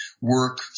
work